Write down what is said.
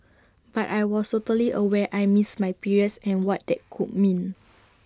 but I was totally aware I missed my periods and what that could mean